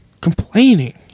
complaining